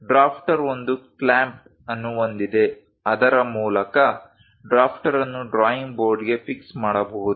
drafter ಒಂದು clamp ಅನ್ನು ಹೊಂದಿದೆ ಅದರ ಮೂಲಕ ಡ್ರಾಫ್ಟರ್ ಅನ್ನು ಡ್ರಾಯಿಂಗ್ ಬೋರ್ಡ್ಗೆ ಫಿಕ್ಸ್ ಮಾಡಬಹುದು